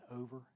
over